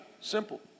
Simple